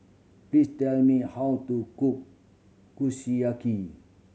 please tell me how to cook Kushiyaki